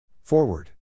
Forward